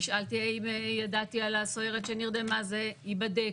נשאלתי האם ידעתי על הסוהרת שנרדמה, זה ייבדק.